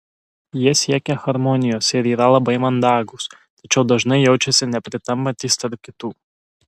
jie siekia harmonijos ir yra labai mandagūs tačiau dažnai jaučiasi nepritampantys tarp kitų